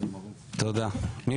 מי